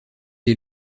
est